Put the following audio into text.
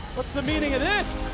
what's the meaning of this?